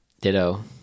Ditto